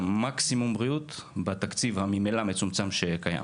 המקסימום בריאות בתקציב המצומצם שקיים.